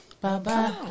bye-bye